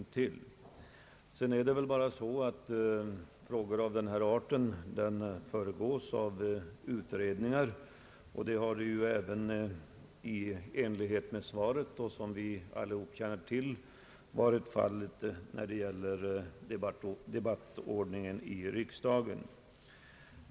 Emellertid föregås beslut i frågor av den här arten av utredningar, och som vi alla känner till har så varit fallet även när det gäller debattordningen i riksdagen.